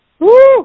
Woo